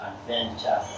adventure